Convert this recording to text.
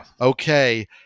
okay